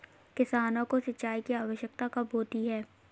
किसानों को सिंचाई की आवश्यकता कब होती है?